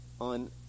on